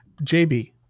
JB